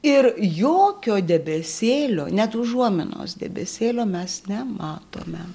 ir jokio debesėlio net užuominos debesėlio mes nematome